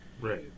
Right